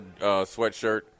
sweatshirt